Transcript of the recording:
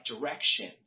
direction